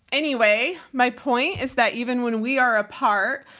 anyway, my point is that even when we are apart,